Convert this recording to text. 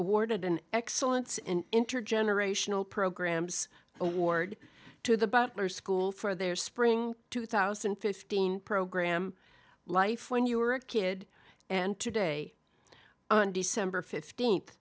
awarded an excellence in intergenerational programs award to the butler school for their spring two thousand and fifteen program life when you were a kid and today on december fifteenth